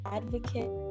advocate